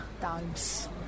times